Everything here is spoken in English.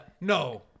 No